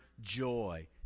joy